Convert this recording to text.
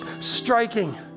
striking